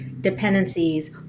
dependencies